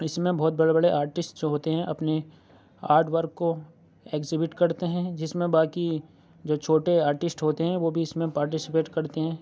اِس میں بہت بڑے بڑے آرٹسٹ جو ہوتے ہیں اپنے آرٹ ورک کو ایگزبٹ کرتے ہیں جس میں باقی جو چھوٹے آرٹسٹ ہوتے ہیں وہ بھی اِس میں پارٹسپیٹ کرتے ہیں